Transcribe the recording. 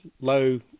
low